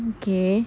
okay